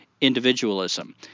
individualism